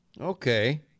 Okay